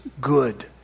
good